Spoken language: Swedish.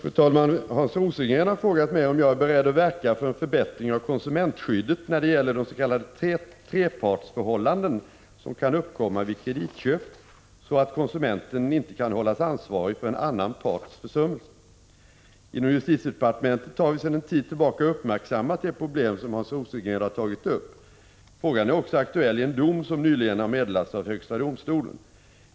Fru talman! Hans Rosengren har frågat mig om jag är beredd att verka för en förbättring av konsumentskyddet när det gäller de s.k. trepartsförhållanden som kan uppkomma vid kreditköp, så att konsumenten inte kan hållas ansvarig för en annan parts försummelser. Inom justitiedepartementet har vi sedan en tid tillbaka uppmärksammat det problem som Hans Rosengren har tagit upp. Frågan är också aktuell i en dom som nyligen har meddelats av högsta domstolen.